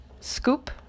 scoop